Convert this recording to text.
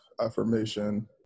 affirmation